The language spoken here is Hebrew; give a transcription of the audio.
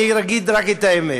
אני אגיד רק את האמת.